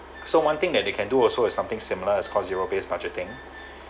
so one thing that they can do also have something similar is called zero base budgeting